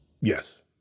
Yes